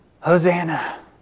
Hosanna